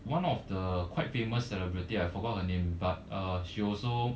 one of the quite famous celebrity I forgot her name but uh she also